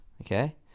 Okay